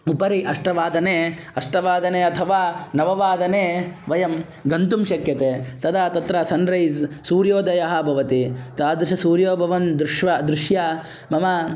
उपरि अष्टवादने अष्टवादने अथवा नववादने वयं गन्तुं शक्यते तदा तत्र सन्रैस् सूर्योदयः भवति तादृशसूर्यं भवान् दृश्यते दृश्यते मम